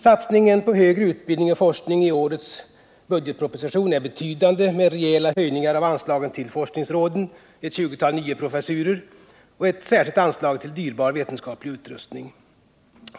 Satsningen på högre utbildning och forskning i årets budgetproposition är betydande med bl.a. rejäla höjningar av anslagen till forskningsråden, ett tjugotal nya professurer och ett särskilt anslag till dyrbar vetenskaplig utrustning.